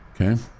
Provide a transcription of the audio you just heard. Okay